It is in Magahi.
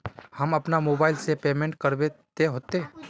हम अपना मोबाईल से पेमेंट करबे ते होते?